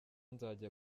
nzajya